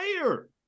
player